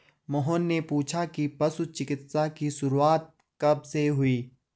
मोहन ने पूछा कि पशु चिकित्सा की शुरूआत कब से हुई?